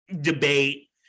debate